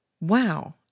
Wow